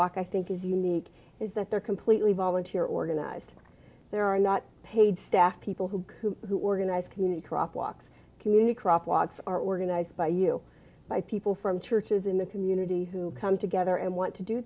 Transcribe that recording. crosswalk i think is unique is that they're completely volunteer organized there are not paid staff people who who who organize community crop walks community crosswalks are organized by you by people from churches in the community who come together and want to do